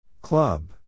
Club